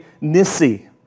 Nisi